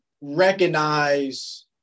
recognize